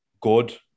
good